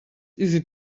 easy